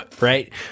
right